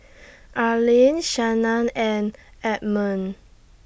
Arlyn Shannan and Edmund